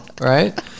right